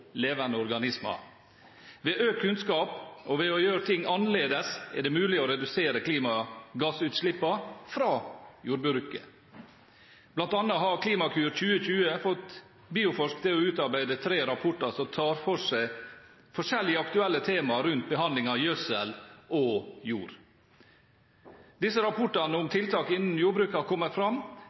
levende organismer. Med økt kunnskap og ved å gjøre ting annerledes er det mulig å redusere klimagassutslippene fra jordbruket. Blant annet har Klimakur 2020 fått Bioforsk til å utarbeide tre rapporter som tar for seg forskjellige aktuelle temaer rundt behandlingen av gjødsel og jord. Disse rapportene om tiltak innen jordbruket har kommet fram